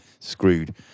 screwed